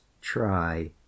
try